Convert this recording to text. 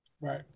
right